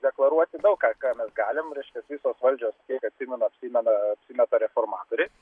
deklaruoti daug ką ką mes galim reiškias visos valdžios kiek atsimenu apsimena apsimeta reformatoriais